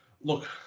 look